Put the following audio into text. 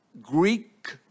Greek